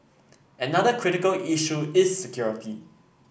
another critical issue is security